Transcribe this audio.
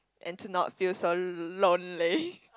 and to not feel so l~ lonely